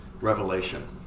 revelation